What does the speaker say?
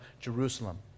Jerusalem